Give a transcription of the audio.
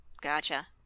Gotcha